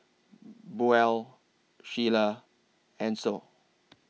Buell Sheila Ancel